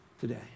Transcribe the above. today